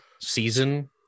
season